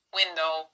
window